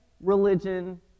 religion